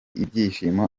ibyishimo